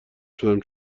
شدم